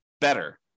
better